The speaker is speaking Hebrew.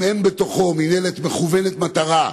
אם אין בתוכו מינהלת מכוונת מטרה,